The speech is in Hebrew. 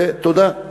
ותודה.